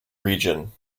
region